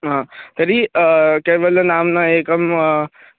तर्हि केवलं नाम्ना एकम्